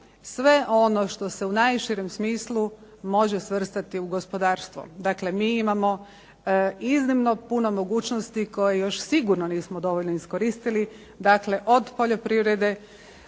sve ono što se u najširem smislu može svrstati u gospodarstvo. Dakle, mi imamo iznimno puno mogućnosti koje još sigurno nismo dovoljno iskoristili, dakle od poljoprivrede